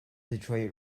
detroit